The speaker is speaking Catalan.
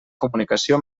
comunicació